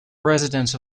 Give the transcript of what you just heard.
residents